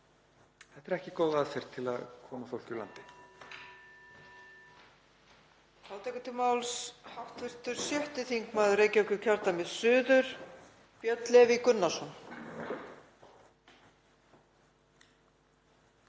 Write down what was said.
Þetta er ekki góð aðferð til að koma fólki úr landi.